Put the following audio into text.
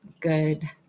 good